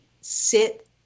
sit